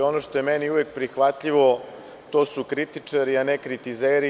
Ono što je meni uvek prihvatljivo, to su kritičari, a ne kritizeri.